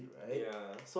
ya